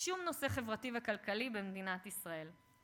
כל נושא חברתי וכלכלי במדינת ישראל.